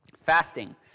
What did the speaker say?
Fasting